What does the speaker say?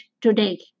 today